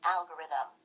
Algorithm